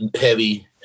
heavy –